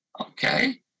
okay